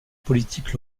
politique